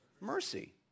Mercy